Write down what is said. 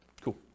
Cool